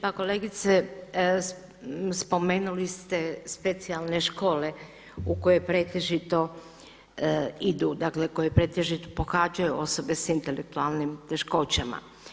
Pa kolegice spomenuli ste specijalne škole u koje pretežito idu, dakle koje pretežito pohađaju osobe sa intelektualnim teškoćama.